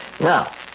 Now